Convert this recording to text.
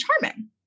charming